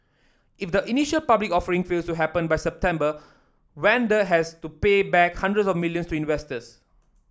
if the initial public offering fails to happen by September Wanda has to pay back hundreds of millions to investors